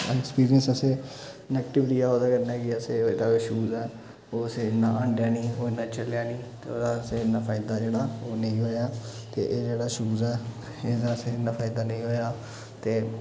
experience असें negative रेहा ओह्दे कन्नै असें जेह्ड़ा एह् शूज ऐ ओह् असें ई इ'न्ना हंडेआ नेईं ओह् इ'न्ना चलेआ निं ते ओह्दा असें इ'न्ना फायदा जेह्ड़ा ओह् नेईं होया ते एह् जेह्ड़ा शूज ऐ एह्दा असें इ'न्ना फायदा नेईं होया ते